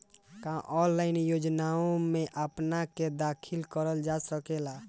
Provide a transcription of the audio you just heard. का ऑनलाइन योजनाओ में अपना के दाखिल करल जा सकेला?